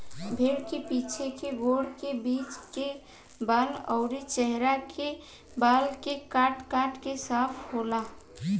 भेड़ के पीछे के गोड़ के बीच में बाल अउरी चेहरा पर के बाल के काट काट के साफ होला